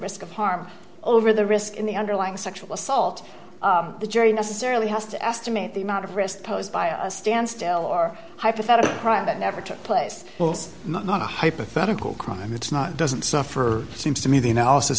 risk of harm over the risk in the underlying sexual assault the jury necessarily has to estimate the amount of risk posed by a standstill or hypothetical crime that never took place not a hypothetical crime it's not doesn't suffer seems to me the analysis